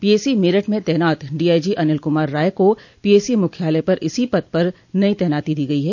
PAC Meerut में तैनात DIG Anil Kumar Rai को पीएसी मुख्यालय पर इसी पद पर नई तैनाती दी गई है